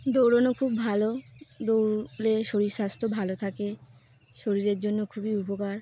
দৌড়ানো খুব ভালো দৌড়লে শরীর স্বাস্থ্য ভালো থাকে শরীরের জন্য খুবই উপকার